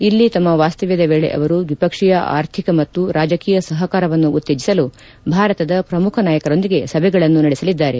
ಇಲ್ಲಿ ತಮ್ಮ ವಾಸ್ತವ್ಲದ ವೇಳೆ ಅವರು ದ್ವಿಪಕ್ಷೀಯ ಆರ್ಥಿಕ ಮತ್ತು ರಾಜಕೀಯ ಸಹಕಾರವನ್ನು ಉತ್ತೇಜಿಸಲು ಭಾರತದ ಪ್ರಮುಖ ನಾಯಕರೊಂದಿಗೆ ಸಭೆಗಳನ್ನು ನಡೆಸಲಿದ್ದಾರೆ